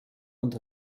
und